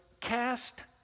cast